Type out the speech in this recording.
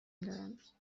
دارند